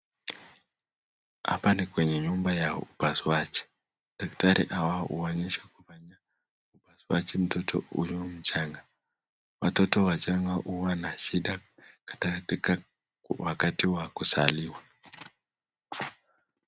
Hapa ni kwenye nyumba ya upasuaji. Daktari hawa huonyeshwa kufanya upasuaji mtoto huyo mchanga. Watoto wachanga huwa na shida katika wakati wa kuzaliwa.